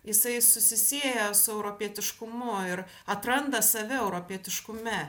jisai susisieja su europietiškumu ir atranda save europietiškume